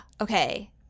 Okay